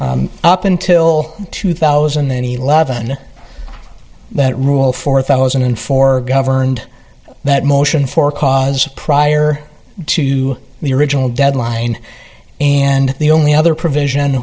up until two thousand and eleven but rule four thousand and four governed that motion for cause prior to the original deadline and the only other provision